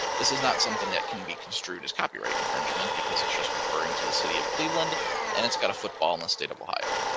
this is not something that can be construed as copyright infringement because it's just referring to the city of cleveland and it's got a football in the state of ohio.